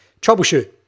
troubleshoot